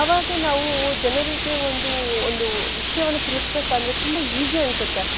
ಆವಾಗ ನಾವು ಜನರಿಗೆ ಒಂದು ಒಂದು ವಿಷಯವನ್ನು ತಿಳಿಸಬೇಕಂದ್ರೆ ತುಂಬ ಈಸಿ ಅನಿಸುತ್ತೆ